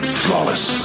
flawless